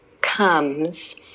comes